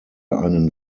einen